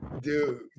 Dude